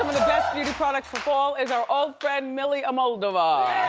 best beauty products for fall is our old friend milly almodovar.